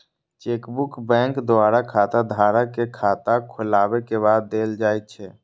chequebook bank द्वारा खाताधारक कें खाता खोलाबै के बाद देल जाइ छै